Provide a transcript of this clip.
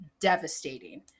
devastating